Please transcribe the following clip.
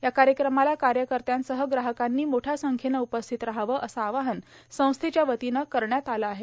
या कार्यक्रमाला कार्यकर्ते तसंच ग्राहकांनी मोठया संख्येनं उपस्थित रहावं असं आवाहन संस्थेच्या वतीनं करण्यात आलं आहे